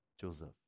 Joseph